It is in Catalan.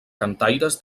cantaires